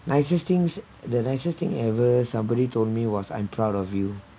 nicest things the nicest thing ever somebody told me was I'm proud of you